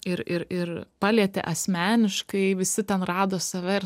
ir ir ir palietė asmeniškai visi ten rado save ir